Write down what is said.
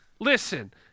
Listen